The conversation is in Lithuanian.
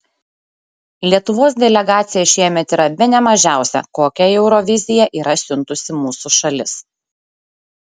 lietuvos delegacija šiemet yra bene mažiausia kokią į euroviziją yra siuntusi mūsų šalis